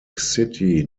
city